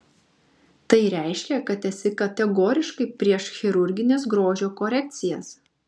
tai reiškia kad esi kategoriškai prieš chirurgines grožio korekcijas